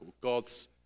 God's